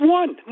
one